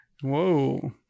Whoa